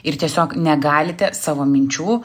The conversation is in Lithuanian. ir tiesiog negalite savo minčių